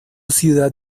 ciudad